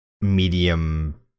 medium